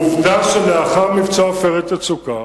עובדה שלאחר מבצע "עופרת יצוקה"